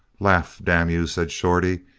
laugh, damn you, said shorty,